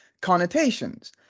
connotations